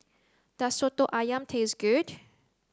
does soto ayam taste good